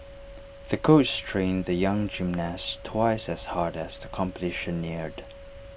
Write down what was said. the coach trained the young gymnast twice as hard as the competition neared